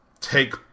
take